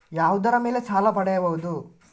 ಯಾವುದರ ಮೇಲೆ ಸಾಲ ಪಡೆಯಬಹುದು?